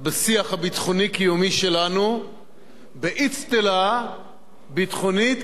בשיח הביטחוני-קיומי שלנו באצטלה ביטחונית,